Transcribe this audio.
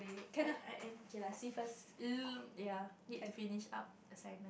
I I I kay [la] see first ya need to finish up assignment